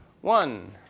one